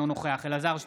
אינו נוכח אלעזר שטרן,